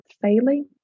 failing